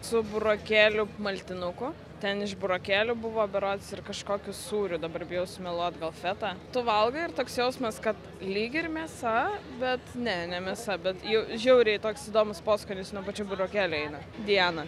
su burokėlių maltinuku ten iš burokėlių buvo berods ir kažkokiu sūriu dabar bijau sumeluot gal feta tu valgai ir toks jausmas kad lyg ir mėsa bet ne ne mėsa bet jau žiauriai toks įdomus poskonis nuo pačių burokėlių eina diana